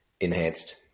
enhanced